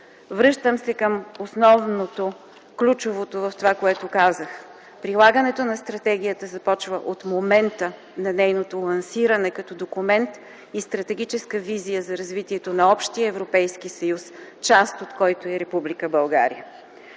Връщам се към основното, ключовото в това, което казах – прилагането на Стратегията започва от момента на нейното лансиране като документ и стратегическа визия за развитието на общия Европейски съюз, част от който е и Република България.